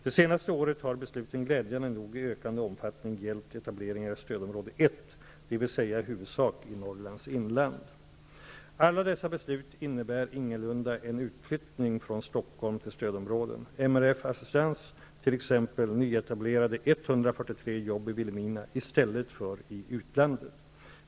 Det senaste året har besluten glädjande nog i ökande omfattning gällt etableringar i stödområde 1 -- dvs. i huvudsak i Alla dessa beslut innebär ingalunda en utflyttning från Stockholm till stödområden. MRF Assistans, t.ex., nyetablerade 143 jobb i Vilhelmina i stället för i utlandet.